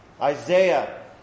Isaiah